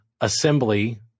Assembly